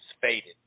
faded